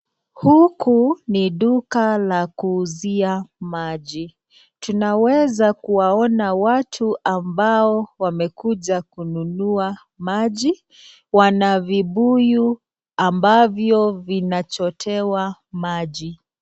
Huku ni duka la kuuzia maji , tunaweza kuwaona watu ambao wamekuja kununua maji wanavibuyu ambavyo vinachotewa maji.